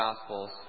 Gospels